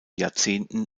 jahrzehnten